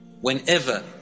Whenever